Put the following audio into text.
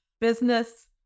Business